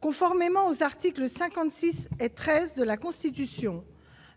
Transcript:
Conformément aux articles 56 et 13 de la Constitution,